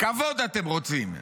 כבוד אתם רוצים,